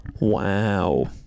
Wow